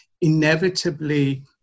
Inevitably